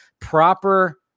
proper